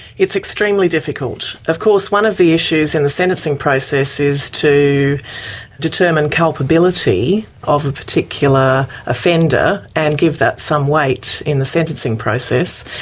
it is extremely difficult. of course one of the issues in the sentencing process is to determine culpability of a particular offender and give that some weight in the sentencing process.